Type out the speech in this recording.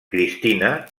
cristina